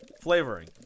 Flavoring